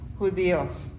judíos